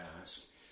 ask